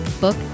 book